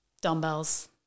Dumbbells